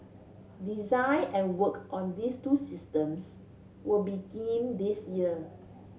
design and work on these two systems will begin this year